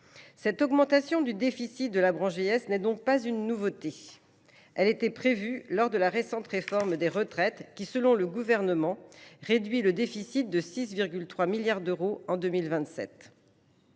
Cette augmentation du déficit de la branche vieillesse n’est donc pas une nouveauté : elle était prévue lors de la récente réforme des retraites qui, selon le Gouvernement, permettra de réduire le déficit à 6,3 milliards d’euros en 2027.